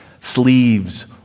sleeves